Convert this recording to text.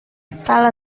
salah